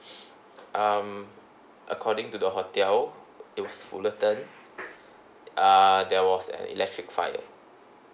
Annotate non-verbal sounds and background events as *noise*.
*breath* um according to the hotel it was fullerton uh there was an electric fire